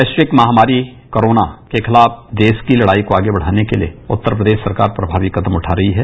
वैश्विक महामारी कोरोना के खिलाफ देश की लड़ाई को आगे बढ़ाने के लिए उत्तर प्रदेश सरकार प्रभावी कदम उठा रही है